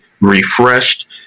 refreshed